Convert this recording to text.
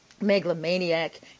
megalomaniac